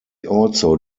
also